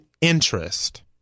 interest